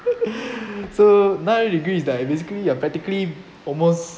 so nine hundred degree is like basically you are practically almost